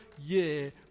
year